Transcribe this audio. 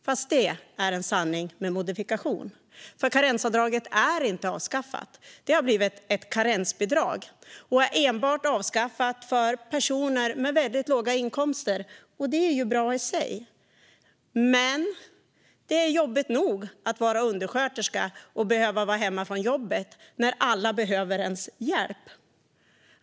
Fast det är en sanning med modifikation, för karensavdraget är inte avskaffat. Det har blivit ett karensbidrag. Det är enbart avskaffat för personer med mycket låga inkomster. Det är bra i sig, men det är jobbigt nog att vara undersköterska och behöva vara hemma från jobbet när alla behöver ens hjälp.